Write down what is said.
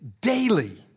daily